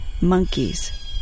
monkeys